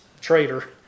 traitor